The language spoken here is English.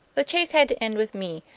the chase had to end with me,